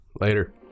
later